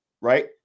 Right